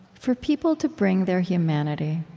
for people to bring their humanity,